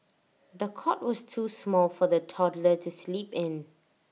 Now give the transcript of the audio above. the cot was too small for the toddler to sleep in